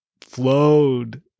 flowed